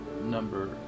number